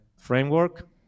framework